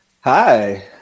Hi